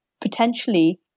potentially